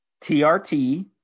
TRT